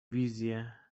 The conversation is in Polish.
wizje